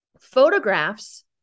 photographs